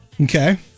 Okay